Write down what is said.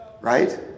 right